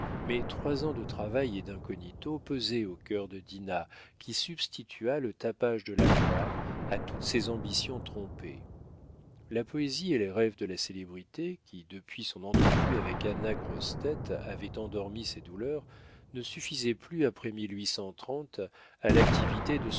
mais trois ans de travail et d'incognito pesaient au cœur de dinah qui substitua le tapage de la gloire à toutes ses ambitions trompées la poésie et les rêves de la célébrité qui depuis son entrevue avec anna grossetête avaient endormi ses douleurs ne suffisaient plus après à l'activité de